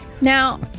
Now